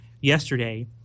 yesterday